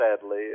sadly